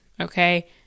Okay